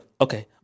okay